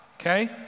okay